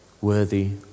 worthy